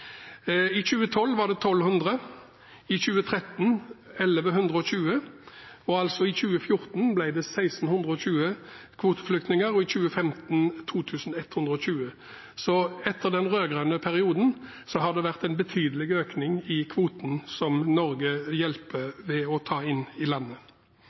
I 2012 var det 1 200 kvoteflyktninger, i 2013 var det 1 120, i 2014 ble det 1 620, og i 2015 blir det 2 120 kvoteflyktninger. Etter den rød-grønne perioden har det vært en betydelig økning i kvoten som Norge hjelper ved å ta inn i landet.